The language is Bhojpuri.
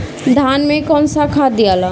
धान मे कौन सा खाद दियाला?